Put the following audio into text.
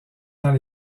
dans